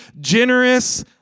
generous